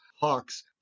Hawks